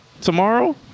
tomorrow